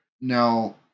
Now